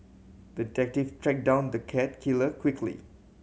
the detective tracked down the cat killer quickly